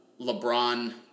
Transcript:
LeBron